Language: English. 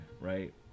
Right